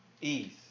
Ease